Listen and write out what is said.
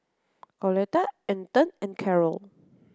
Coletta Anton and Karol